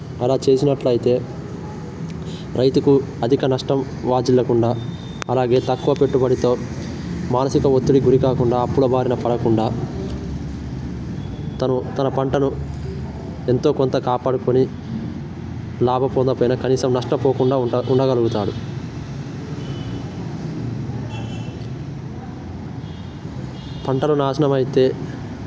అలా చేసినట్లయితే రైతుకు అధిక నష్టం వాటిల్లకుండా అలాగే తక్కువ పెట్టుబడితో మానసిక ఒత్తిడికి గురి కాకుండా అప్పుల బారిన పడకుండా తను తన పంటను ఎంతో కొంత కాపాడుకొని లాభం పొందకపోయినా కనీసం నష్టపోకుండా ఉండ ఉండగలుగుతాడు పంటలు నాశనం అయితే